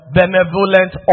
benevolent